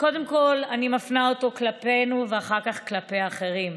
שקודם כול אני מפנה אותו כלפינו ואחר כך כלפי אחרים: